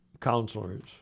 counselors